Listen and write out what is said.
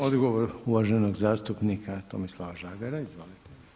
Odgovor uvaženog zastupnika Tomislava Žagara, izvolite.